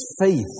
faith